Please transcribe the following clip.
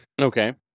Okay